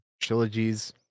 trilogies